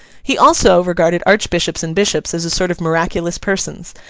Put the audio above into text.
he also regarded archbishops and bishops as a sort of miraculous persons,